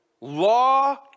law